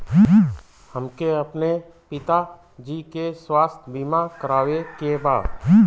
हमके अपने पिता जी के स्वास्थ्य बीमा करवावे के बा?